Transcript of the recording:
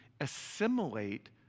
assimilate